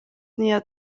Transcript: nia